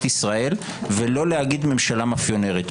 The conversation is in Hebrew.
ישראל ולא להגיד: ממשלה מאפיונרית.